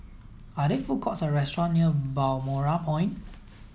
are there food courts or restaurant near Balmoral Point